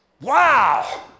Wow